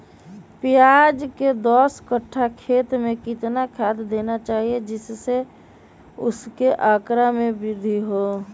प्याज के दस कठ्ठा खेत में कितना खाद देना चाहिए जिससे उसके आंकड़ा में वृद्धि हो?